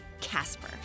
Casper